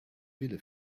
wille